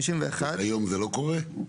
היום זה לא קורה?